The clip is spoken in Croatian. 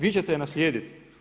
Vi ćete je naslijediti?